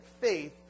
faith